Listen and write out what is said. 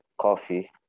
Coffee